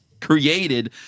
Created